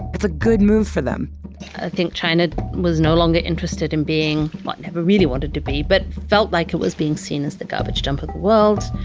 it's a good move for them i think china was no longer interested in being, well but never really wanted to be, but felt like it was being seen as the garbage dump of the world.